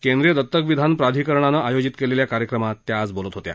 केंद्रीय दतक विधान प्राधिकरणानं आयोजित केलेल्या कार्यक्रमात त्या आज बोलत होत्या